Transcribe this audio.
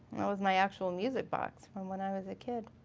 that was my actual music box from when i was a kid.